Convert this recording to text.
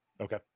Okay